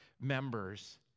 members